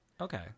okay